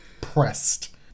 pressed